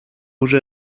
уже